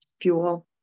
fuel